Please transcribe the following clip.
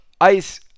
ice